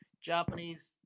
Japanese